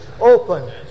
Open